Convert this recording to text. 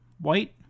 white